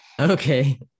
Okay